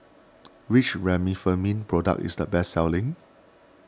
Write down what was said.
which Remifemin product is the best selling